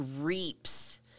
reaps